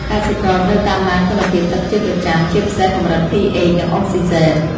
កសិករត្រូវតាមដានគុណភាពទឹកជាប្រចាំ ជាពិសេសកម្រិត pH និងអុកស៊ីហ្សែន។